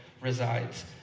resides